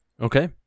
okay